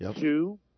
Two